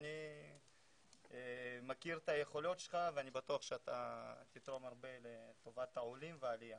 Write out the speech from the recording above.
ואני מכיר את היכולות שלך ואני בטוח שתתרום הרבה לטובת העולים והעלייה.